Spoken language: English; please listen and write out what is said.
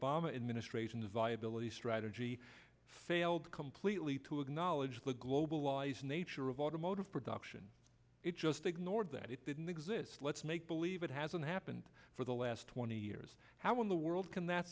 administration's viability strategy failed completely to acknowledge the global wise nature of automotive production it just ignored that it didn't exist let's make believe it hasn't happened for the last twenty years how in the world can that